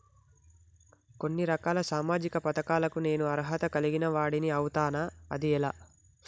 కొన్ని రకాల సామాజిక పథకాలకు నేను అర్హత కలిగిన వాడిని అవుతానా? అది ఎలా?